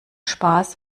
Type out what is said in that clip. spaß